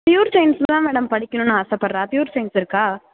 pure science தான் madam படிக்கணுன்னு ஆசைப்படுறா ப்யூர் சயின்ஸ் இருக்கா